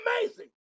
amazing